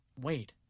Wait